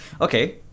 okay